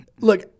Look